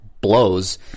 blows